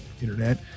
internet